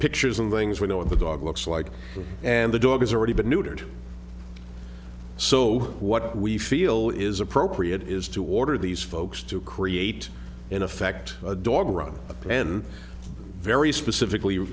pictures and things we know of the dog looks like and the dog has already been neutered so what we feel is appropriate is to order these folks to create in effect a dog run and very specifically